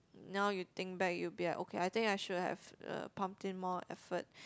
now you think back you'll be like okay I should have uh pumped in more effort